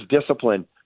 discipline